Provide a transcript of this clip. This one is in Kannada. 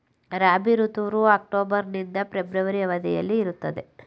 ರಾಬಿ ಋತುವು ಅಕ್ಟೋಬರ್ ನಿಂದ ಫೆಬ್ರವರಿ ಅವಧಿಯಲ್ಲಿ ಇರುತ್ತದೆ